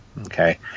okay